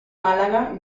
málaga